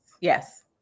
Yes